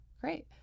Great